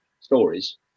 stories